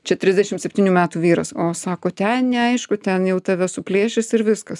čia trisdešimt septynių metų vyras o sako ten neaišku ten jau tave suplėšys ir viskas